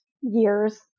years